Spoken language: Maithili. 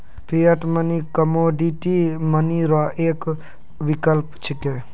फिएट मनी कमोडिटी मनी रो एक विकल्प छिकै